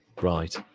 Right